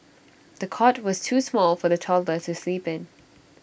the cot was too small for the toddler to sleep in